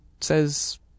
says